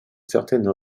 certaines